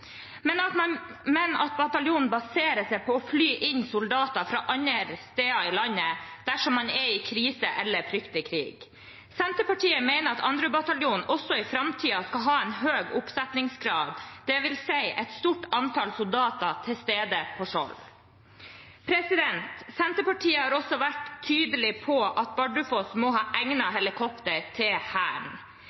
men at bataljonen baserer seg på å fly inn soldater fra andre steder i landet dersom man er i krise eller frykter krig. Senterpartiet mener at 2. bataljon også i framtiden skal ha et høyt oppsettingskrav, det vil si et stort antall soldater til stede på Skjold. Senterpartiet har også vært tydelig på at Bardufoss må ha egnede helikoptre til Hæren.